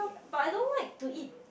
but I don't like to eat